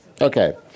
Okay